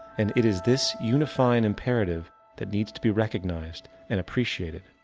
and it is this unifying imperative that needs to be recognized and appreciated.